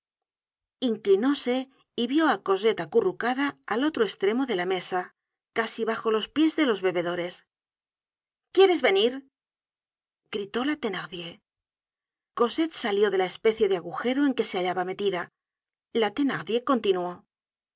dónde está esa inclinóse y vió á cosette acurrucada al otro eslremo de la mesa casi bajo los pies de los bebedores quieres venir gritó la thenardier cosette salió de la especie de agujero en que se hallaba metida la thenardier continuó